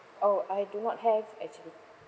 oh I do not have actually